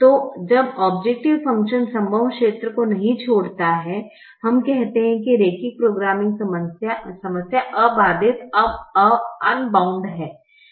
तो जब objective function संभव क्षेत्र को नहीं छोड़ता है हम कहते हैं कि रैखिक प्रोग्रामिंग समस्या अबाधित अनबाउंड है